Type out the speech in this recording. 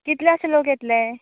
कितल्या अशें लोक येतले